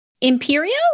Imperial